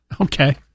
Okay